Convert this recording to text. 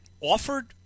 offered